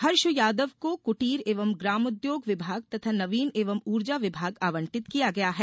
हर्ष यादव को कुटीर एवं ग्रामोद्योग विभाग तथा नवीन एवं ऊर्जा विभाग आवंटित किया गया है